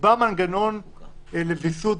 יקבע מנגנון לוויסות,